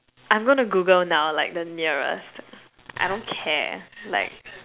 I'm gonna Google now like the nearest I don't care like